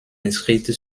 inscrite